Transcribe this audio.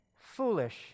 foolish